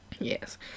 Yes